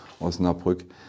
Osnabrück